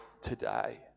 today